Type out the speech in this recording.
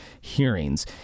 Hearings